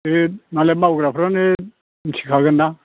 मालाय मावग्राफ्रानो मिथिखागोनना